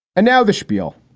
and now the spiel.